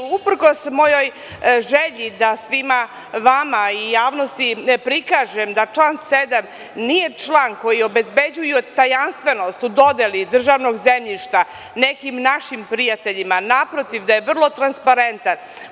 Uprkos mojoj želji da svima vama i javnosti prikažem da član 7. nije član koji obezbeđuje tajanstvenost u dodeli državnog zemljišta nekim našim prijateljima, naprotiv, da je vrlo transparentan.